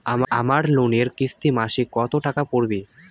আমার লোনের কিস্তি মাসিক কত টাকা পড়বে?